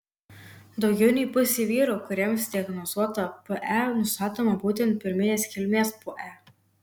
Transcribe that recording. daugiau nei pusei vyrų kuriems diagnozuota pe nustatoma būtent pirminės kilmės pe